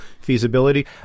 feasibility